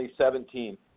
2017